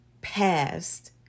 past